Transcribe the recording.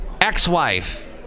ex-wife